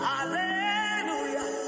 Hallelujah